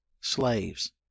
slaves